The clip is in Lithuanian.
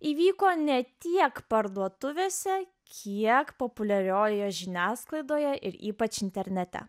įvyko ne tiek parduotuvėse kiek populiariojoje žiniasklaidoje ir ypač internete